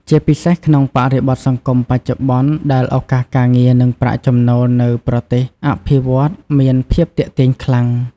ជាពិសេសក្នុងបរិបទសង្គមបច្ចុប្បន្នដែលឱកាសការងារ និងប្រាក់ចំណូលនៅប្រទេសអភិវឌ្ឍន៍មានភាពទាក់ទាញខ្លាំង។